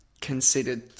considered